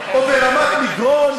ו-10% היטל,